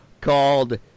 called